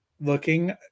looking